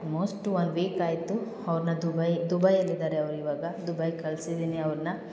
most one week ಆಯಿತು ಅವ್ರನ್ನ Dubai ದುಬೈಯಲ್ಲಿ ಇದ್ದಾರೆ ಅವ್ರು ಇವಾಗ ದುಬೈಗೆ ಕಳ್ಸಿದ್ದೀನಿ ಅವ್ರನ್ನ